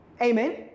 Amen